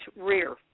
rear